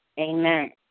Amen